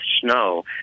snow